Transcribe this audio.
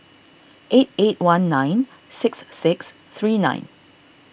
eight eight one nine six six three nine